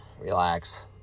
relax